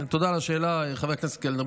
תודה על השאלה, חבר הכנסת קלנר.